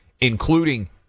including